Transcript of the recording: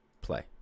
play